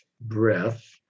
breath